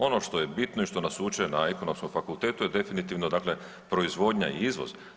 Ono što je bitno i što nas uče na Ekonomskom fakultetu je definitivno proizvodnja i izvoz.